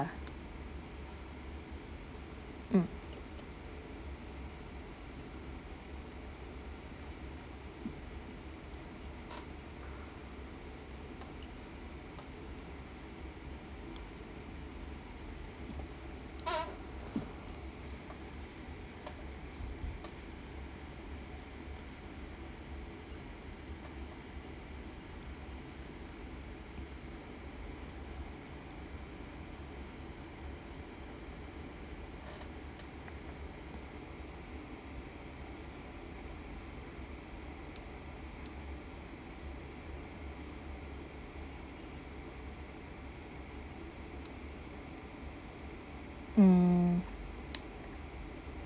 lah mm mm